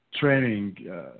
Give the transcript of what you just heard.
training